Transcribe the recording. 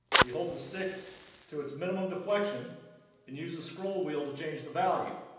we hold the stick to its minimum deflection and use the scroll wheel to change the value.